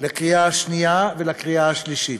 לקריאה שנייה ולקריאה שלישית.